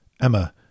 Emma